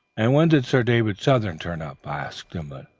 and when did sir david southern turn up? asked gimblet.